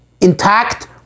intact